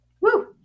Woo